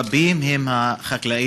רבים הם החקלאים